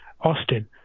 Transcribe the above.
Austin